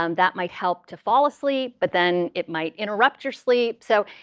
um that might help to fall asleep, but then it might interrupt your sleep. so